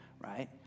right